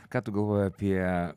ką tu galvoji apie